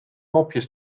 mopjes